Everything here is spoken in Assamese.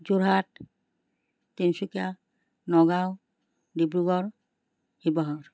যোৰহাট তিনচুকীয়া নগাঁও ডিব্ৰুগড় শিৱসাগৰ